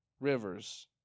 rivers